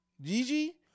Gigi